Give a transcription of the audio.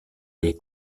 les